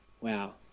Wow